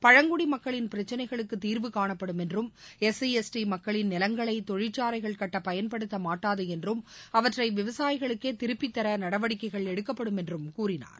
பழங்குடி மக்களின் பிரச்சனைகளுக்கு தீர்வு காணப்படும் என்றும் எஸ் சி எஸ் டி மக்களின் நிலங்களை தொழிற்சாலைகள் கட்ட பயன்படுத்தப்பட மாட்டாது என்றும் அவற்றை விவசாயிகளுக்கே திருப்பி தர நடவடிக்கைகள் எடுக்கப்படும் என்றும் கூறினார்